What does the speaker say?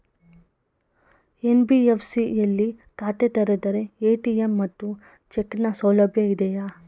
NBFC ಯಲ್ಲಿ ಖಾತೆ ತೆರೆದರೆ ಎ.ಟಿ.ಎಂ ಮತ್ತು ಚೆಕ್ ನ ಸೌಲಭ್ಯ ಇದೆಯಾ?